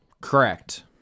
Correct